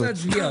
זה אפילו מטריד.